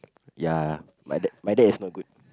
ya my dad my dad is not good